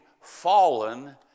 fallen